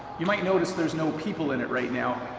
you might notice there's no people in it right now.